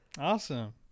awesome